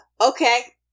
Okay